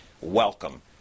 Welcome